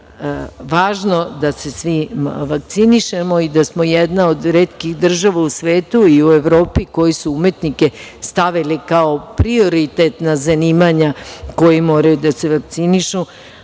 je važno da se svi vakcinišemo i da smo jedna od retkih država u svetu i u Evropi koji su umetnike stavili kao prioritetna zanimanja koja moraju da se vakcinišu.